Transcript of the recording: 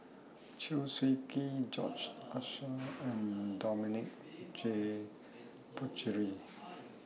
Chew Swee Kee George Oehlers and Dominic J Puthucheary